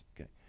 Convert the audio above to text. Okay